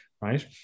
Right